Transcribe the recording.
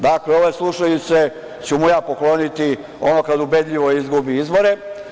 Dakle, ove slušalice ću mu ja pokloniti onda kad ubedljivo izgubi izbore.